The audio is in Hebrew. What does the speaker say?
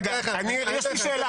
יש לי שאלה.